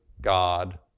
God